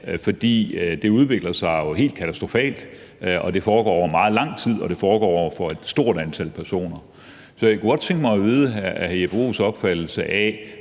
Det udvikler sig jo helt katastrofalt. Det foregår over meget lang tid, og det foregår over for et stort antal personer. Jeg kunne godt tænke mig at høre hr. Jeppe Bruus' opfattelse af,